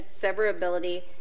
severability